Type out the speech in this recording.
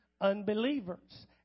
unbelievers